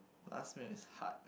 last meal is hard